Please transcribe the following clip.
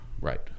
Right